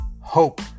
hope